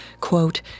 quote